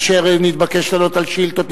אשר נתבקש לענות על שאילתות,